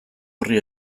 horri